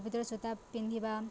ପବିତ୍ର ସୂତା ପିନ୍ଧିବା